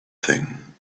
thing